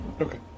Okay